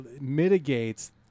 mitigates